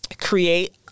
create